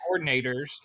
coordinators